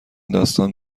داستان